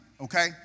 okay